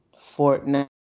Fortnite